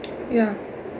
ya